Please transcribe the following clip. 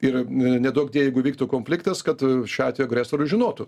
ir neduok die jeigu įvyktų konfliktas kad šiuo atveju agresorius žinotų